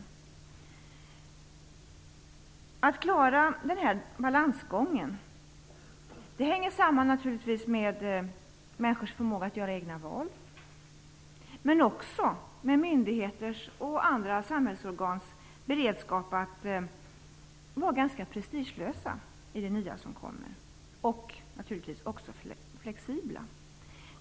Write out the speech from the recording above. Huruvida vi klarar den här balansgången eller inte hänger naturligtvis samman med människors förmåga att göra egna val. Men det hänger också samman med myndigheters och andra samhällsorgans beredskap, deras förmåga att vara prestigelös och flexibel, inför det nya som kommer.